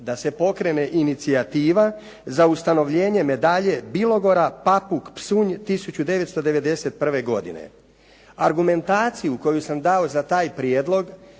da se pokrene inicijativa za ustanovljenje medalje Bilogora, Papuk, Psunj 1991. godine. Argumentaciju koju sam dao za taj prijedlog